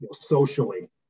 socially